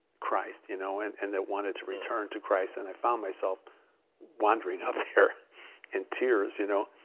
christ, you know and and that wanted to return to christ, and i found myself wandering up there in tears, you know?